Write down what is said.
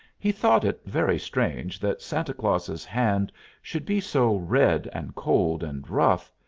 he thought it very strange that santa claus's hand should be so red and cold and rough,